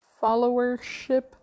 Followership